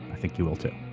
i think you will too.